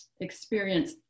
experience